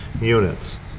units